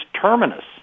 terminus